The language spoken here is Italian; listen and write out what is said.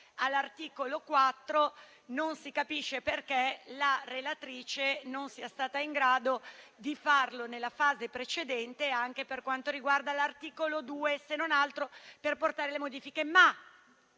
all'articolo 4. Non si capisce perché la relatrice non sia stata in grado di farlo nella fase precedente anche per quanto riguarda l'articolo 2, se non altro per portare le modifiche. Ma